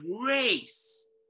grace